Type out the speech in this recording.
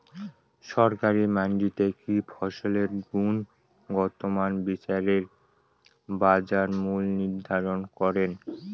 সরকারি মান্ডিতে কি ফসলের গুনগতমান বিচারে বাজার মূল্য নির্ধারণ করেন?